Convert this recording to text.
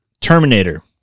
Terminator